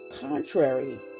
contrary